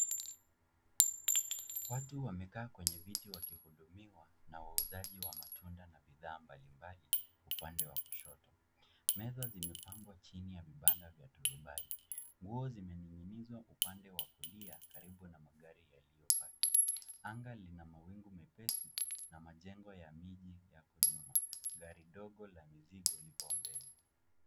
Watu wamekaa kwenye viti wakihudumiwa na wauzaji wa matunda na bidhaa mbali mbali upande wa kushoto meza zimepangwa chini ya vibanda vya turubahi nguo zimeninginizwa upande wa kulia karibu na magari yaliyo parking anga lina mawingu mepesi na majengo ya miji yako nyuma gari dogo la mizigo liko mbele